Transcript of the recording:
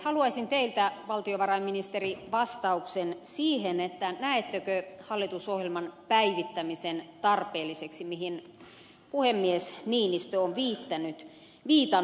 haluaisin teiltä valtiovarainministeri vastauksen siihen näettekö hallitusohjelman päivittämisen tarpeelliseksi mihin puhemies niinistö on viitannut